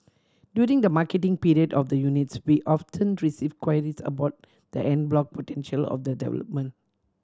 during the marketing period of the units we often receive queries about the en bloc potential of the development